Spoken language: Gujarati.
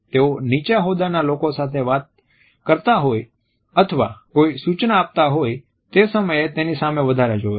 તેઓ નીચા હોદાના લોકો સાથે વાત કરતા હોય અથવા કોઈ સૂચના આપતા હોય તે સમયે તેની સામે વધારે જોવે છે